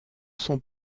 sont